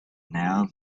now